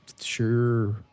sure